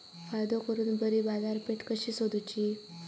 फायदो करून बरी बाजारपेठ कशी सोदुची?